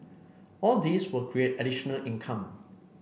all these will create additional income